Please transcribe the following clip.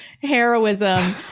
heroism